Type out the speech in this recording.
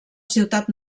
ciutat